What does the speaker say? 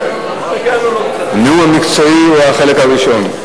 הנאום המקצועי הוא החלק הראשון.